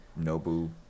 Nobu